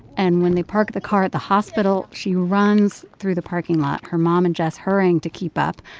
and when they park the car at the hospital, she runs through the parking lot, her mom and jess hurrying to keep up.